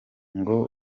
ngo